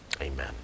Amen